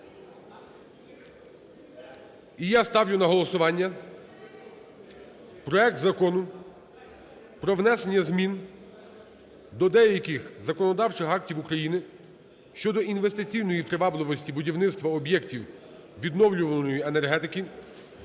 І я ставлю на голосування проект Закону про внесення змін до деяких законодавчих актів України (щодо інвестиційної привабливості будівництва об'єктів відновлювальної енергетики)